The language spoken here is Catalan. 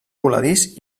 voladís